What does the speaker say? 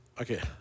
Okay